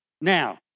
Now